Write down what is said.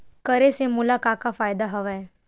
करे से मोला का का फ़ायदा हवय?